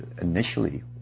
initially